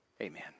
Amen